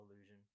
illusion